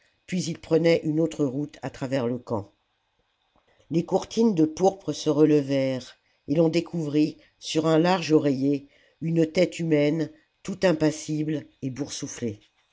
puis ils prenaient une autre route à travers le camp les courtines de pourpre se relevèrent et l'on découvrit sur un large oreiller une tête humaine tout impassible et boursouflée